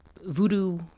voodoo